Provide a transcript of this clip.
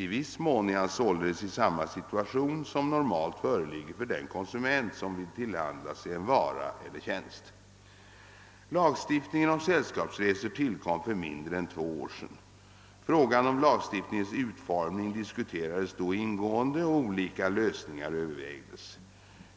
I viss mån är han således i samma situation som normalt föreligger för den konsument som vill tillhandla sig en vara eller tjänst. Lagstiftningen om sällskapsresor tillkom för mindre än två år sedan. Frågan om lagstiftningens utformning diskuterades då ingående och olika lösningar övervägdes.